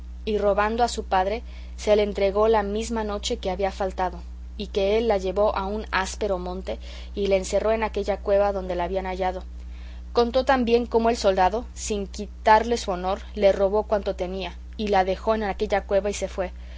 y robando a su padre se le entregó la misma noche que había faltado y que él la llevó a un áspero monte y la encerró en aquella cueva donde la habían hallado contó también como el soldado sin quitalle su honor le robó cuanto tenía y la dejó en aquella cueva y se fue